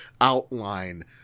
outline